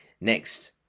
Next